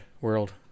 world